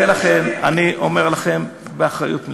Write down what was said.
ולכן אני אומר לכם באחריות מלאה,